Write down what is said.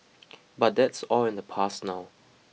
but that's all in the past now